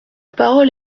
parole